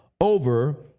over